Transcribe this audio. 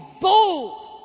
bold